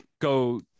go